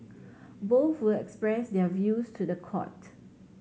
both will express their views to the court